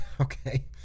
Okay